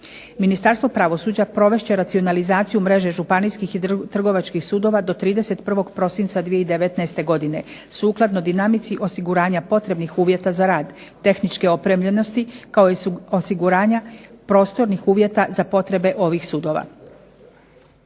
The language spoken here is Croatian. Ministarstvo pravosuđa provest će racionalizaciju mreže županijskih i trgovačkih sudova do 31. prosinca 2019. godine sukladno dinamici osiguranja potrebnih uvjeta za rad, tehničke opremljenosti kao i osiguranja prostornih uvjeta za potrebe ovih sudova.